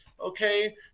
Okay